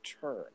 turn